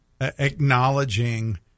acknowledging